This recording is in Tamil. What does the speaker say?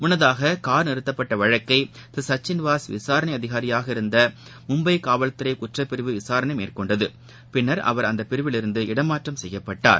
முன்னதாககார் நிறுத்தப்பட்டவழக்கைதிருசச்சின் வாஸ் விசாரணைஅதிகாரியாக இருந்தமும்பைகாவல்துறைகுற்றப்பிரிவு விசாரணைமேற்கொண்டது பின்னர் அவர் அந்தபிரிவிலிருந்து இடமாற்றம் செய்யப்பட்டார்